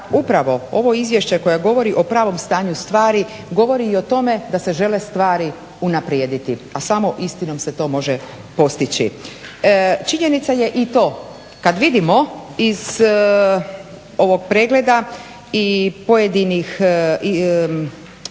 upravo ovo izvješće koje govori o pravom stanju stvari govori i o tome da se žele stvari unaprijediti, a samo istinom se to može postići. Činjenica je i to kada vidimo iz ovog pregleda i pojedinih izvješća